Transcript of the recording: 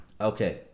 Okay